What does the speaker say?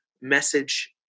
message